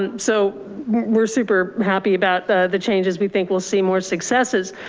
and so we're super happy about the the changes, we think we'll see more successes.